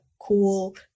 cool